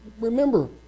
remember